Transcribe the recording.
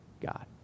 God